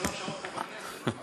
שלוש שעות פה בכנסת.